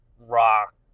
rock